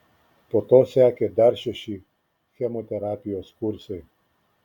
po to sekė dar šeši chemoterapijos kursai